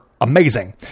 amazing